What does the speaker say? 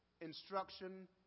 instruction